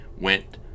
went